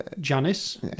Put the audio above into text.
Janice